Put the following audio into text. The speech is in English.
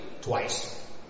Twice